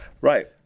Right